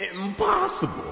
Impossible